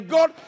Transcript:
God